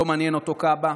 לא מעניין אותו כב"ה,